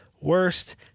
worst